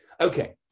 Okay